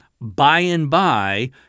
by-and-by